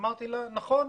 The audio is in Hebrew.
אמרתי לה שדעתי כדעתה,